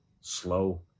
slow